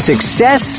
Success